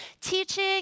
teaching